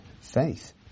faith